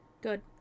Good